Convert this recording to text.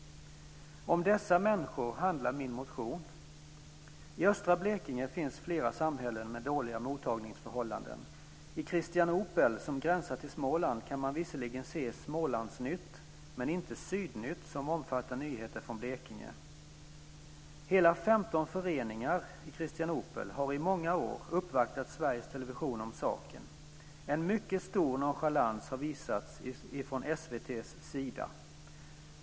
Om dessa människor handlar min motion. I östra Blekinge finns flera samhällen med dåliga mottagningsförhållanden. I Kristianopel som gränsar till Småland kan man visserligen se Smålandsnytt men inte Sydnytt som omfattar nyheter från Blekinge. Hela 15 föreningar i Kristianopel har i många år uppvaktat Sveriges Television om saken. En mycket stor nonchalans har visats från SVT:s sida.